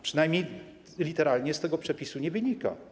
Przynajmniej literalnie z tego przepisu to nie wynika.